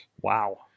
Wow